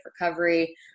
recovery